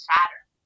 Saturn